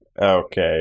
Okay